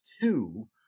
two